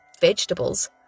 vegetables